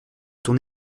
ton